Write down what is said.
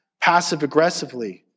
passive-aggressively